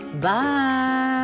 Bye